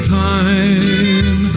time